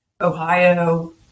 Ohio